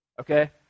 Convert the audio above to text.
okay